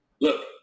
Look